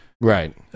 Right